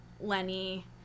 lenny